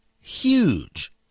huge